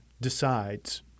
decides